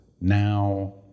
now